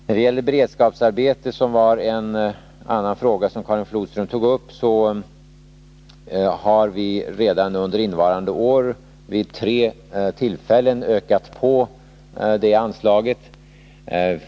När det gäller beredskapsarbete — en annan fråga som Karin Flodström tog upp — så har vi redan under innevarande år vid tre tillfällen ökat på det anslaget.